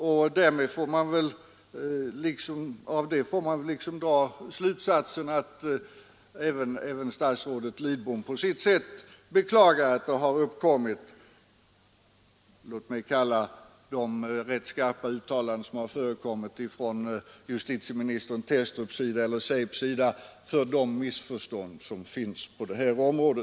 Och av det får man väl dra slutsatsen att även statsrådet Lidbom beklagar de rätt skarpa uttalanden som gjorts av förre justitie ministern Thestrup rörande de missförstånd som råder på detta område.